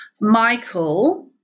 Michael